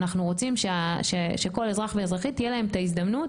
אנחנו רוצים שכל אזרח ואזרחית יהיה להם את ההזדמנות